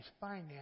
finance